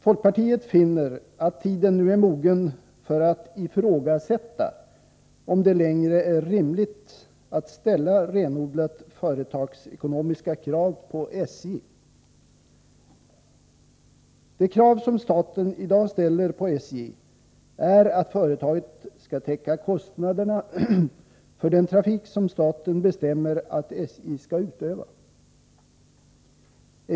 Folkpartiet finner att tiden nu är mogen att ifrågasätta om det längre är rimligt att ställa renodlat företagsekonomiska krav på SJ. De krav som staten i dag ställer på SJ är att företaget skall täcka kostnaderna för den trafik som staten bestämmer att SJ skall bedriva.